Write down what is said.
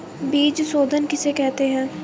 बीज शोधन किसे कहते हैं?